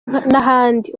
n’ahandi